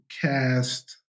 cast